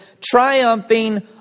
triumphing